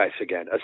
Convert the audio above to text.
again